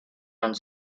and